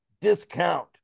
discount